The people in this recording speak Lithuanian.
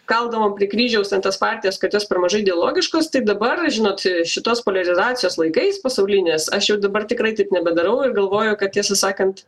kaldavom prie kryžiaus ten tas partijas kad jos per mažai dialogiškos tai dabar žinot šitos poliarizacijos laikais pasaulinės aš jau dabar tikrai taip nebedarau ir galvoju kad tiesą sakant